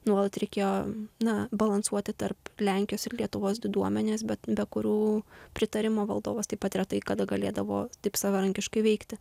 nuolat reikėjo na balansuoti tarp lenkijos ir lietuvos diduomenės bet be kurių pritarimo valdovas taip pat retai kada galėdavo taip savarankiškai veikti